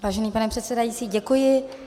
Vážený pane předsedající, děkuji.